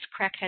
crackhead